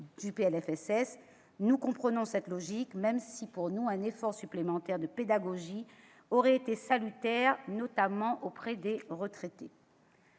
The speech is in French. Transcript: ce PLFSS. Nous comprenons cette logique, même s'il nous semble qu'un effort supplémentaire de pédagogie aurait été salutaire, notamment auprès des retraités.